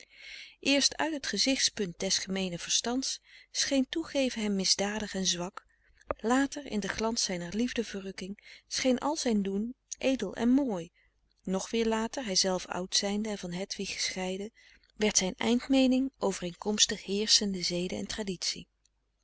eerst uit t gezichtspunt des gemeenen verstands scheen toegeven hem misdadig en zwak later in den glans zijner liefde verrukking scheen al zijn doen edel en mooi nog weer later hijzelf oud zijnde en van hedwig gescheiden werd zijn eind meening overeenkomstig heerschende zede en traditie